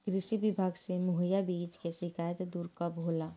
कृषि विभाग से मुहैया बीज के शिकायत दुर कब होला?